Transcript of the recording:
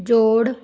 ਜੋੜ